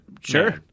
Sure